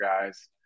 guys